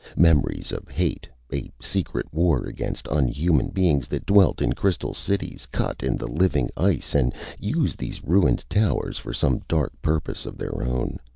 memories of hate, a secret war against unhuman beings that dwelt in crystal cities cut in the living ice, and used these ruined towers for some dark purpose of their own.